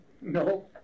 No